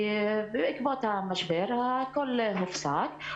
בעקבות המשבר הכול מופסק.